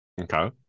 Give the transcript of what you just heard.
Okay